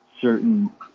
certain